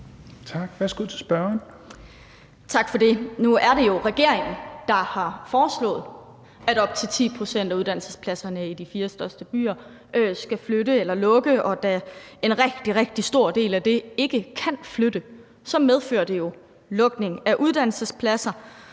Katrine Robsøe (RV): Tak for det. Nu er det jo regeringen, der har foreslået, at op til 10 pct. af uddannelsespladserne i de fire største byer skal flytte eller lukke, og da en rigtig, rigtig stor del af dem ikke kan flytte, så medfører det jo lukning af uddannelsespladser.